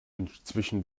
inzwischen